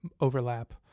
overlap